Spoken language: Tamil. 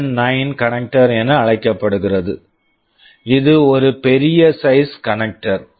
என்9 CN9 கனக்டர் connector என அழைக்கப்படுகிறது இது ஒரு பெரிய சைஸ்ட் கனக்டர் sized connector